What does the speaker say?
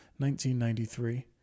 1993